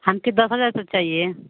हमको दस हज़ार तक चाहिए